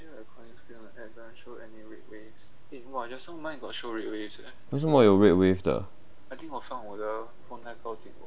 为什么有 red wave 的